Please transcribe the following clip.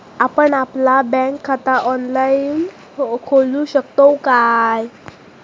आपण आपला बँक खाता ऑनलाइनव खोलू शकतव काय?